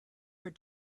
for